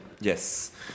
yes